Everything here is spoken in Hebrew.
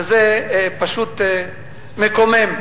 וזה פשוט מקומם.